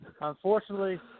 Unfortunately